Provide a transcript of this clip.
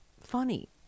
funny